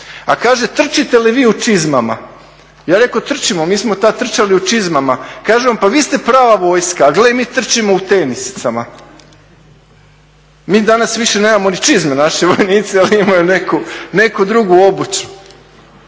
A kaže, trčite li vi u čizmama? Ja reko', trčimo, mi smo tada trčali u čizmama, kaže on, pa vi ste prava vojska, a gle mi trčimo u tenisicama. Mi danas više nemamo ni čizme, naši vojnici, oni imaju neku drugu obuću.